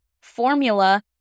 formula